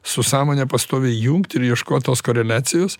su sąmone pastoviai jungt ir ieškot tos koreliacijos